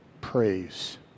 praise